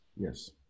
Yes